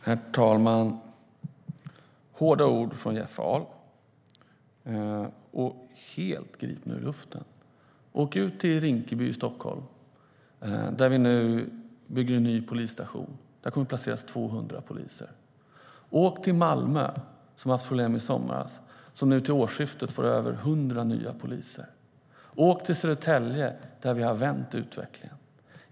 Herr talman! Det var hårda ord från Jeff Ahl, och helt gripna ur luften. Åk ut till Rinkeby i Stockholm, Jeff Ahl! Där bygger vi nu en ny polisstation. 200 poliser kommer att placeras där. Åk till Malmö, som hade problem i somras! Till årsskiftet får de över 100 nya poliser. Åk till Södertälje där vi har vänt utvecklingen!